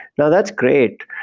now, that's great,